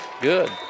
Good